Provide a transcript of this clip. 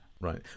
Right